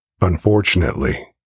unfortunately